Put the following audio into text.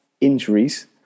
injuries